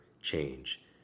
change